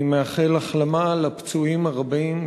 אני מאחל החלמה לפצועים הרבים,